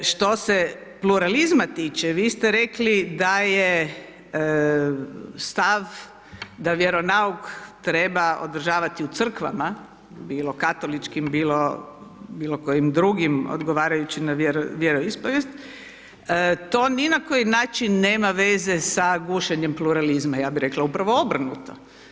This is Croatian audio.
Što se pluralizma tiče, vi ste rekli, da je stav da vjeronauk treba održavati u crkvama, bilo katoličkim, bilo bilo kojim drugim, odgovarajuća vjeroispovijest, to ni na koji način nema veze sa gušenjem pluralizma, ja bi rekla, upravo obrnuto.